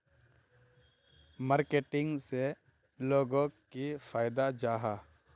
Marketing से लोगोक की फायदा जाहा?